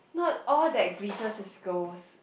not all that glitters is golds